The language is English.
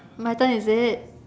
my turn is it